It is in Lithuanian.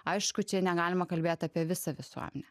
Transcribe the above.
aišku čia negalima kalbėt apie visą visuomenę